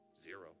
Zero